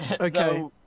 Okay